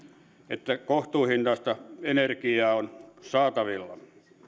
että kohtuuhintaista energiaa on saatavilla